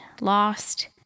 lost